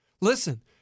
Listen